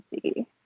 see